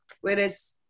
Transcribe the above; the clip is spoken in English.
Whereas